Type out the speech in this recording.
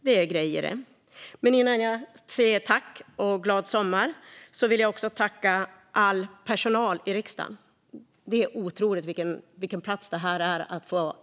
Det är grejer det! Men innan jag önskar glad sommar vill jag tacka all personal i riksdagen. Vilken ynnest det är att få vara här!